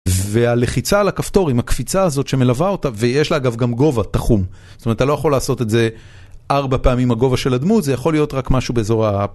והלחיצה על הכפתור עם הקפיצה הזאת שמלווה אותה, ויש לה אגב גם גובה, תחום. זאת אומרת, אתה לא יכול לעשות את זה ארבע פעמים הגובה של הדמות, זה יכול להיות רק משהו באזור ה...